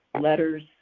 letters